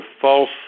false